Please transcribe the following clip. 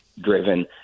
driven